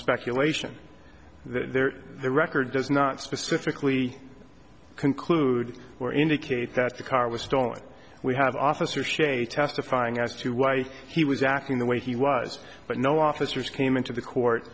speculation that there the record does not specifically conclude or indicate that the car was stolen we have officer shade testifying as to why he was acting the way he was but no officers came into the court